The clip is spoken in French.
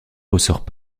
ressorts